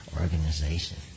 organization